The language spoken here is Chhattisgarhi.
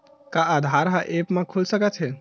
का आधार ह ऐप म खुल सकत हे?